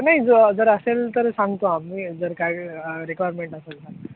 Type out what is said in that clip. नाही जो जर असेल तर सांगतो आम्ही जर काय रिक्वायरमेंट असेल सा